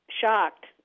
shocked